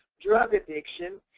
drug addition,